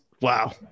wow